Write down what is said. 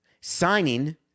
signing